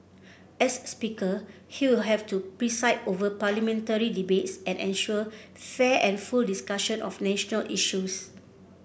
as Speaker he will have to preside over Parliamentary debates and ensure fair and full discussion of national issues